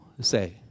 say